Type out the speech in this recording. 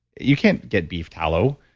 you can't get beef tallow.